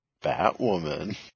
Batwoman